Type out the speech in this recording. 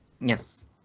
Yes